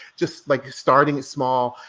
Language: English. just like starting small.